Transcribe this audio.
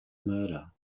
murder